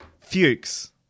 Fuchs